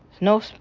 no